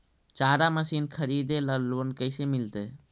चारा मशिन खरीदे ल लोन कैसे मिलतै?